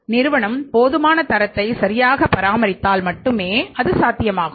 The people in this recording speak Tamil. நிறுவனம் போதுமான தரத்தை சரியாக பராமரித்தால் மட்டுமே அது சாத்தியமாகும்